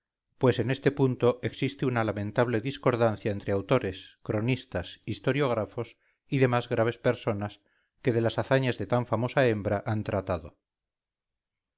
pues en este punto existe una lamentable discordancia entre autores cronistas historiógrafos y demás graves personas que de las hazañas de tan famosa hembra han tratado